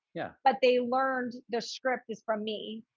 yeah but they learned the script is from me.